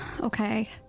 okay